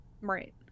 Right